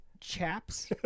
chaps